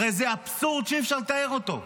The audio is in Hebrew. הרי זה אבסורד שאי-אפשר לתאר אותו.